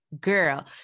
Girl